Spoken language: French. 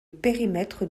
périmètre